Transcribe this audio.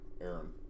Aaron